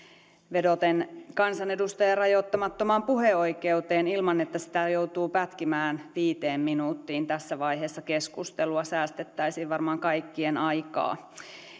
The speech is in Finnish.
vedoten kansanedustajan rajoittamattomaan puheoikeuteen ilman että sitä joutuu pätkimään viiteen minuuttiin tässä vaiheessa keskustelua säästettäisiin varmaan kaikkien aikaa